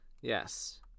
yes